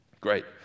Great